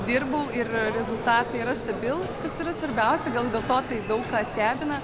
dirbau ir rezultatai yra stabilūs kas yra svarbiausia gal dėl to tai daug ką stebina